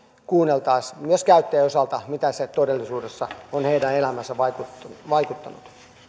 kuunneltaisiin myös käyttäjien osalta mitä se todellisuudessa on heidän elämäänsä vaikuttanut vaikuttanut